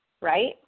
right